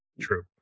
true